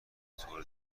بطور